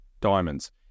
diamonds